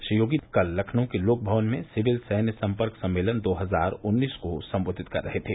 श्री योगी कल लखनऊ के लोकभवन में सिविल सैन्य सम्पर्क सम्मेलन दो हजार उन्नीस को सम्बोधित कर रहे थे